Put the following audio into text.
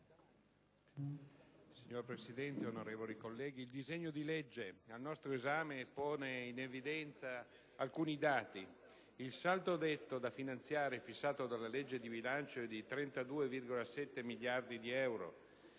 Signora Presidente, onorevoli colleghi, il disegno di legge al nostro esame pone in evidenza alcuni dati. Il saldo netto da finanziare fissato dalla legge di bilancio è di 32,7 miliardi di euro;